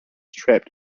trapped